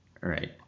right